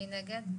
מי נגד?